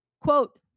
Quote